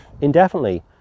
indefinitely